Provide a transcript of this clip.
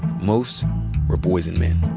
most were boys and men.